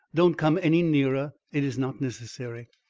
don't come any nearer it is not necessary.